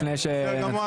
בסדר.